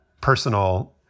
personal